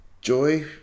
Joy